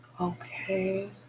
Okay